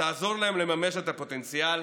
שתעזור להם לממש את הפוטנציאל